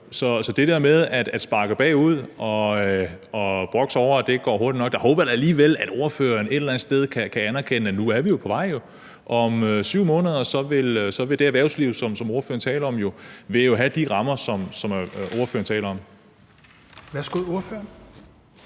til det der med at sparke bagud og brokke sig over, at det ikke går hurtigt nok, vil jeg sige, at jeg da alligevel håber, at ordføreren et eller andet sted kan anerkende, at vi jo nu er på vej, og om 7 måneder vil det erhvervsliv, som ordføreren taler om, have de rammer, som ordføreren taler om. Kl. 16:07 Fjerde